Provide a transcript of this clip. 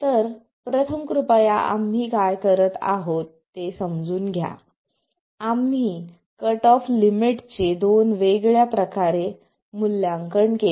तर प्रथम कृपया आम्ही काय करीत आहोत ते समजून घ्या आम्ही कट ऑफ लिमिटचे दोन वेगवेगळ्या प्रकारे मूल्यांकन केले